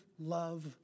love